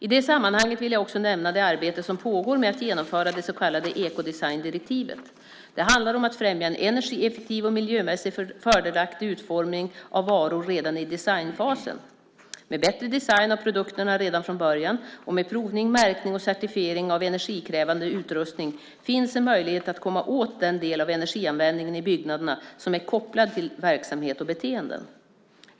I det sammanhanget vill jag också nämna det arbete som pågår med att genomföra det så kallade ekodesigndirektivet. Det handlar om att främja en energieffektiv och miljömässigt fördelaktig utformning av varor redan i designfasen. Med bättre design av produkterna redan från början och med provning, märkning och certifiering av energikrävande utrustning finns en möjlighet att komma åt den del av energianvändningen i byggnaderna som är kopplad till verksamhet och beteenden.